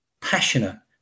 passionate